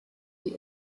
die